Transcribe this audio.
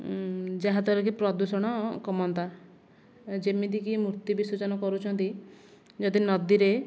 ଯାହାଦ୍ଵାରାକି ପ୍ରଦୂଷଣ କମନ୍ତା ଯେମିତିକି ମୂର୍ତ୍ତି ବିସର୍ଜନ କରୁଛନ୍ତି ଯଦି ନଦୀରେ